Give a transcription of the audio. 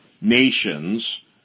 nations